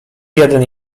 jeden